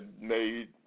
made